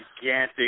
gigantic